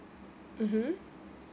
mmhmm